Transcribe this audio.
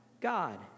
God